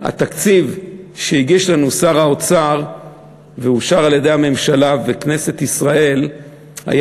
התקציב שהגיש לנו שר האוצר ואושר על-ידי הממשלה וכנסת ישראל היה